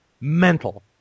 mental